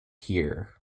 here